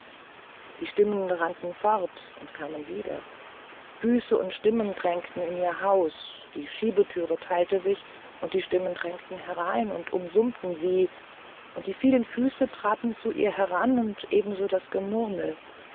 die stimmen rannten fort und kamen wieder füße und stimmen drängten an ihr haus die schiebetüre teilte sich und die stimmen drängten herein und umsummten sie und die vielen füße traten zu ihr heran und ebenso das gemurmel